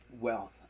wealth